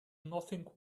nothing